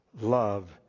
love